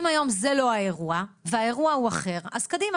אם היום זה לא האירוע והאירוע הוא אחר, אז קדימה.